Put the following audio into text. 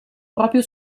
proprio